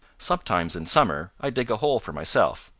sometimes in summer i dig a hole for myself,